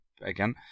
again